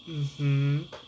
mmhmm